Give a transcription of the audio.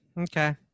okay